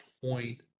point